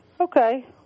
Okay